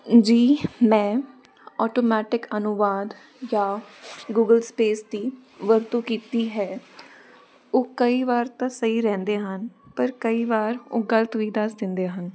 ਜੀ ਮੈਂ ਔਟੋਮੈਟਿਕ ਅਨੁਵਾਦ ਜਾਂ ਗੂਗਲ ਸਪੇਸ ਦੀ ਵਰਤੋਂ ਕੀਤੀ ਹੈ ਉਹ ਕਈ ਵਾਰ ਤਾਂ ਸਹੀ ਰਹਿੰਦੇ ਹਨ ਪਰ ਕਈ ਵਾਰ ਉਹ ਗਲਤ ਵੀ ਦੱਸ ਦਿੰਦੇ ਹਨ